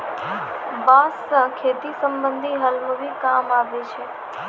बांस सें खेती संबंधी हल म भी काम आवै छै